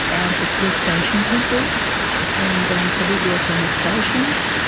out of the we're station people and um so we worked on the stations.